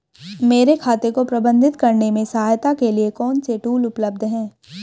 मेरे खाते को प्रबंधित करने में सहायता के लिए कौन से टूल उपलब्ध हैं?